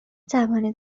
توانید